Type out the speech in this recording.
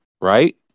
right